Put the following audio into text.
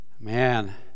Man